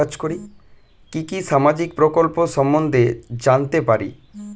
কি কি সামাজিক প্রকল্প সম্বন্ধে জানাতে পারি?